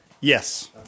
Yes